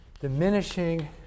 diminishing